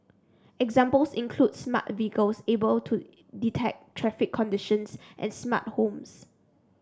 examples include smart a vehicles able to detect traffic conditions and smart homes